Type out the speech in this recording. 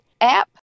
app